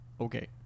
okay